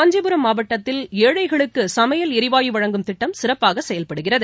காஞ்சிபுரம் மாவட்டத்தில் ஏழைகளுக்கு சமையல் எரிவாயு வழங்கும் திட்டம் சிறப்பாக செயல்படுகிறது